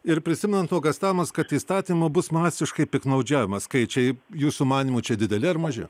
ir prisimenant nuogąstavimus kad įstatymu bus masiškai piktnaudžiaujama skaičiai jūsų manymu čia dideli ar maži